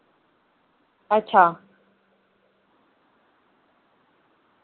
अच्छा